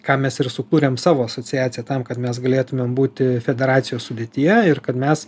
kam mes ir sukūrėm savo asociaciją tam kad mes galėtumėm būti federacijos sudėtyje ir kad mes